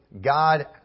God